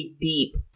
deep